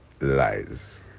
lies